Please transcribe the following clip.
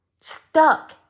stuck